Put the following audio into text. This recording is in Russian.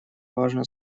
важно